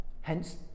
hence